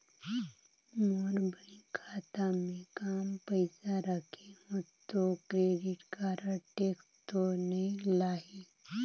मोर bank खाता मे काम पइसा रखे हो तो क्रेडिट कारड टेक्स तो नइ लाही???